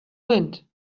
wind